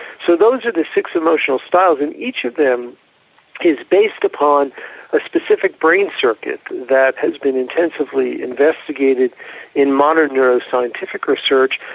so those are the sixth emotional styles, and each of them is based upon a specific brain circuit that has been intensively investigated in modern neuro-scientific research,